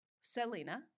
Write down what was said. Selena